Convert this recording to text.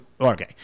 okay